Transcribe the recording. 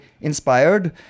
inspired